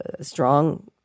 strong